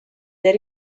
del